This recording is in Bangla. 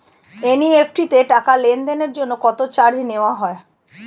এন.ই.এফ.টি তে টাকা লেনদেনের জন্য কত চার্জ নেয়া হয়?